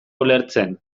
ulertzen